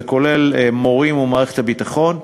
זה כולל מורים ומערכת הביטחון.